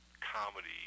comedy